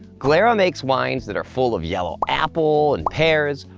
glera makes wines that are full of yellow apple and pears,